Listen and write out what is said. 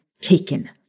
taken